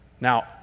Now